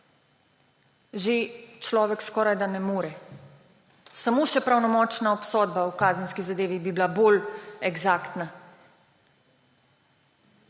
človek že skorajda ne more. Samo še pravnomočna obsodba v kazenski zadevi bi bila bolj eksaktna.